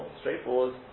straightforward